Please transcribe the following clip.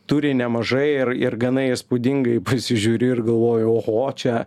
turi nemažai ir ir gana įspūdingai prisižiūriu ir galvoju oho čia